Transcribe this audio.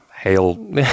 hail